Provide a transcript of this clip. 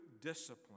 discipline